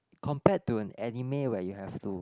compare to an anime where you have to